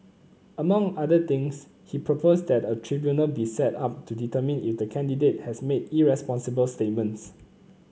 among other things he proposed that a tribunal be set up to determine if the candidate has made irresponsible statements